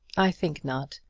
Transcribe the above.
i think not.